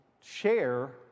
share